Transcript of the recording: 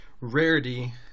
Rarity